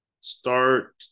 start